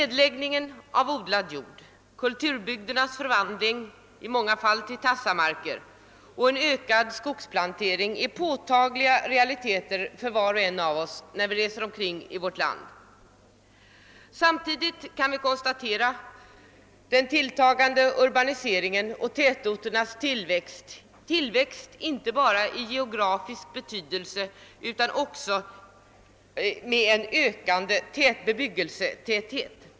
Nedläggningen av odlad jord, kulturbygders förvandling till tassemarker och en ökad skogsplantering är påtagliga realiteter för var och en av oss när vi reser omkring i vårt land. Samtidigt kan vi konstatera den tilltagande urbaniseringen och tätorternas tillväxt, inte bara geografiskt utan även i avseende på en ökande bebyggelsetäthet.